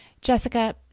jessica